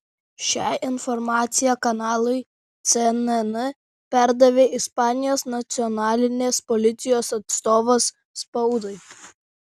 šią informaciją kanalui cnn perdavė ispanijos nacionalinės policijos atstovas spaudai